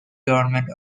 government